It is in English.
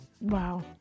Wow